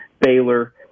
Baylor